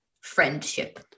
friendship